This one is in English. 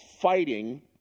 fighting